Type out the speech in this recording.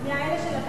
מהאלה של ה"תג מחיר".